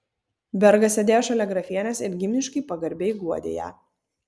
bergas sėdėjo šalia grafienės ir giminiškai pagarbiai guodė ją